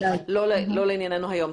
זה לא לענייננו היום.